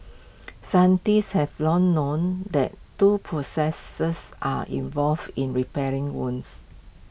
scientists have long known that two processes are involved in repairing wounds